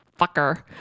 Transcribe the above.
fucker